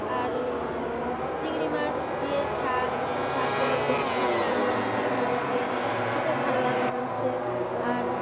আর চিংড়ি মাছ দিয়ে শাক শাক বলো কচি শাক বলো রান্না করলে ভালো লাগে খেতে ভালো লাগে মানুষের আর